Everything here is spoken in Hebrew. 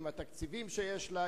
עם התקציבים שיש לה,